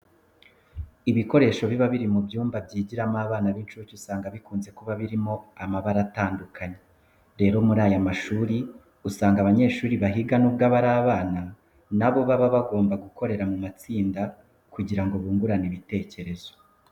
Ibikoresho biba biri mu byumba byigiramo abana b'incuke usanga bikunze kuba birimo amabara atandukanye. Rero, muri aya mashuri usanga abanyeshuri bahiga nubwo ari abana na bo baba bagomba gukorera mu matsinda kugira ngo bungurane ibitekerezo.